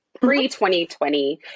pre-2020